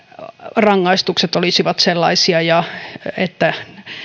rangaistukset olisivat sellaisia että